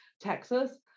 Texas